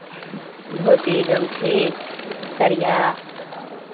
धोती गमछी सड़िआ